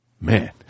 man